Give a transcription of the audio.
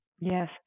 Yes